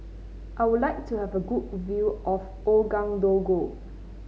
I would like to have a good view of Ouagadougou